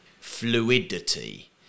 fluidity